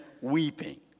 weeping